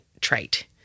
trait